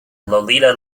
lolita